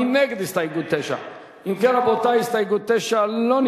מי נגד, רבותי, הסתייגות 7?